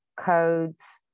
codes